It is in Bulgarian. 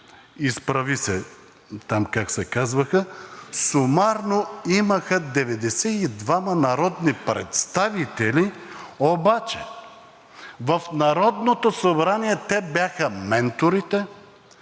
„Изправи се“ – там как се казваха – сумарно имаха 92 народни представители, обаче в Народното събрание те бяха менторите,